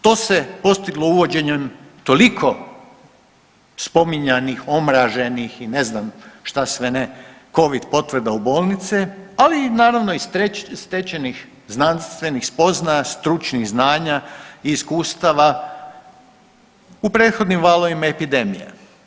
To se postiglo uvođenjem toliko spominjanih, omraženih i ne znam šta sve ne covid potvrda u bolnice, ali naravno i stečenih znanstvenih spoznaja, stručnih znanja i iskustava u prethodnim valovima epidemije.